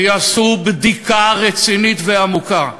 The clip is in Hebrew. שיעשו בדיקה רצינית ועמוקה.